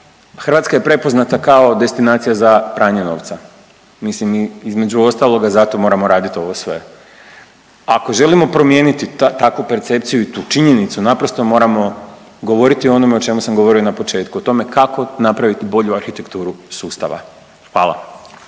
Hrvatska je prepoznata kao destinacija za pranje novca. Mislim između ostaloga zato moramo raditi ovo sve. Ako želimo promijeniti takvu percepciju i tu činjenicu, naprosto moramo govoriti o onome o čemu sam govorio na početku, o tome kako napraviti bolju arhitekturu sustava. Hvala.